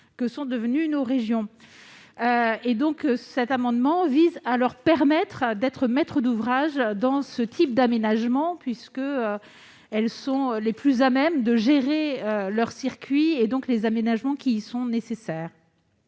que sont devenues nos régions. Cet amendement vise donc à leur permettre d'être maîtresses d'ouvrage dans ce type d'aménagement, puisqu'elles sont les plus à même de gérer leurs circuits, donc les aménagements nécessaires.